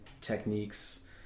techniques